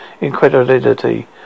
incredulity